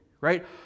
right